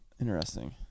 Interesting